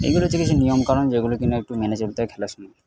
এইগুলো হচ্ছে কিছু নিয়মকানুন যেগুলো কি না একটু মেনে চলতে হবে খেলার সময়